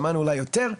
שמענו אולי יותר.